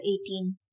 EIGHTEEN